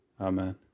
Amen